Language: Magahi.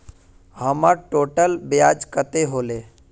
हमर टोटल ब्याज कते होले?